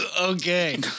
Okay